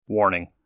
Warning